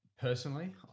personally